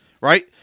right